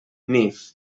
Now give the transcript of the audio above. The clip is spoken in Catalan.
nif